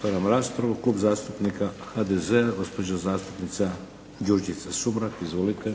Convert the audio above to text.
Otvaram raspravu. Klub zastupnika HDZ-a gospođa zastupnica Đurđica Sumrak. Izvolite.